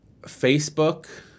Facebook